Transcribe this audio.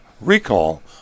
recall